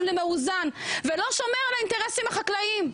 למאוזן ולא שומר על האינטרסים החקלאיים.